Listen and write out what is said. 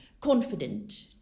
confident